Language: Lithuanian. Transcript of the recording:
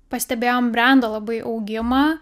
pastebėjom brendo labai augimą